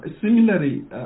Similarly